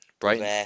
Brighton